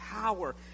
power